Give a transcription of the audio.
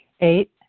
Eight